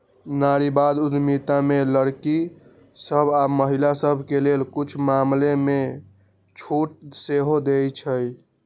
नारीवाद उद्यमिता में लइरकि सभ आऽ महिला सभके लेल कुछ मामलामें छूट सेहो देँइ छै